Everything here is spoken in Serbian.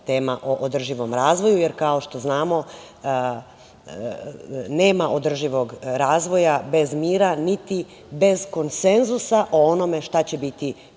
tema o održivom razvoju, jer kao što znamo nema održivog razvoja bez mira, niti bez konsenzusa o onome šta će biti